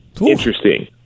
interesting